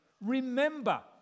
remember